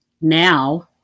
now